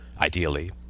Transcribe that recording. ideally